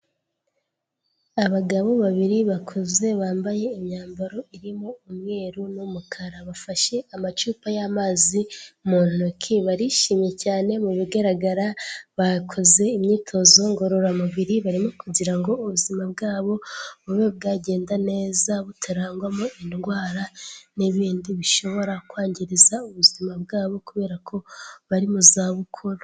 Abagabo babiri bakuze bambaye imyambaro irimo umweru n'umukara, bafashe amacupa y'amazi mu ntoki, barishimye cyane, mu bigaragara, bakoze imyitozo ngororamubiri barimo kugira ngo ubuzima bwabo, bube bwagenda neza butarangwamo indwara n'ibindi bishobora kwangiza ubuzima bwabo, kubera ko bari mu zabukuru.